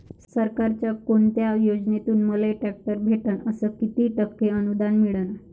सरकारच्या कोनत्या योजनेतून मले ट्रॅक्टर भेटन अस किती टक्के अनुदान मिळन?